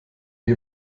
wie